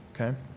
okay